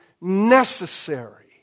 necessary